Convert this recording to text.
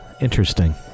Interesting